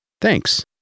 Thanks